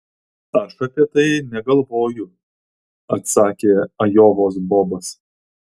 aš apie tai negalvoju atsakė ajovos bobas